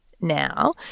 now